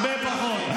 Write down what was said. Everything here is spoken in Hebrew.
הרבה פחות.